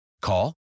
Call